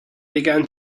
began